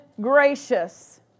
gracious